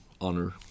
honor